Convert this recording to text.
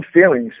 feelings